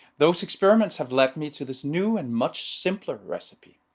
those experiments have led me to this new and much simpler recipe.